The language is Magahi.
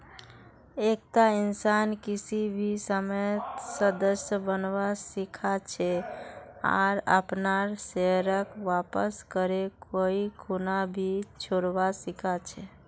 एकता इंसान किसी भी समयेत सदस्य बनवा सीखा छे आर अपनार शेयरक वापस करे कोई खूना भी छोरवा सीखा छै